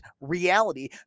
reality